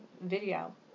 video